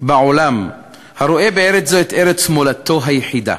בעולם הרואה בארץ זאת את ארץ מולדתו היחידה.